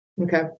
Okay